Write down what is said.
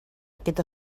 aquest